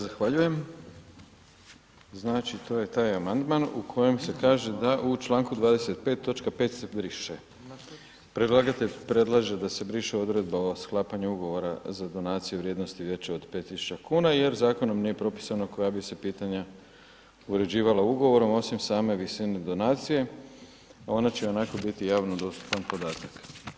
Zahvaljujem, znači to je taj amandman u koje se kaže da u članku 25. točka 5. se briše, predlagatelj predlaže sa se briše odredba ova sklapanje ugovora za donacije vrijednosti veće od 5.000 kuna jer zakonom nije propisano koja bi se pitanja uređivala ugovorom osim same visine donacije, ona će ionako biti javno dostupan podatak.